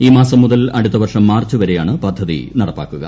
ഈമാസം മുതൽ അടുത്ത വർഷം മാർച്ച് വരെയാണ് പദ്ധതി നടപ്പാക്കുക